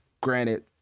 granted